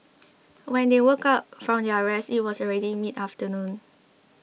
when they woke up from their rest it was already midafternoon